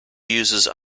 uses